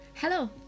Hello